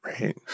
Right